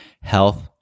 health